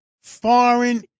foreign